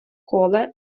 коле